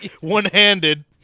One-handed